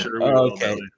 Okay